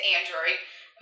Android